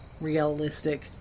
realistic